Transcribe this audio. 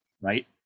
right